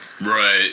Right